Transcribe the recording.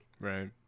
right